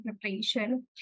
preparation